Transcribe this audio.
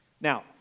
Now